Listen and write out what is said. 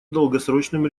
долгосрочным